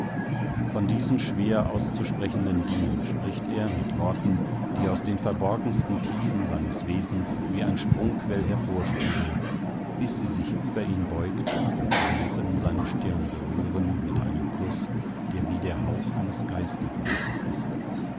von diesen schwer auszusprechenden dingen spricht er mit worten die aus den verborgensten tiefen seines wesens wie ein sprungquell hervorsprudeln bis sie sich über ihn beugt und ihre lippen seine stirn berühren mit einem kuß der wie der hauch eines geistergrußes ist